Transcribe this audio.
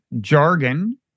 jargon